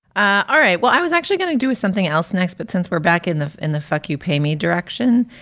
ah all right well, i was actually going to do something else next, but since we're back in the in the fuck, you pay me direction.